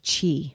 chi